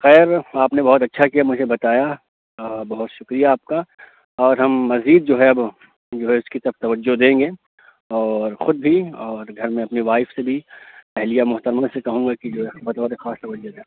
خیر آپ نے بہت اچھا کیا مجھے بتایا آ بہت شُکریہ آپ کا اور ہم مزید جو ہے اب جو ہے اِس کی طرف توجہ دیں گے اور خود بھی اور گھر میں اپنی وائف سے بھی اہلیہ محترمہ سے کہوں گا کہ جو ہے بطور خاص توجہ دیں